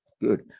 good